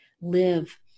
live